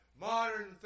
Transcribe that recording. modern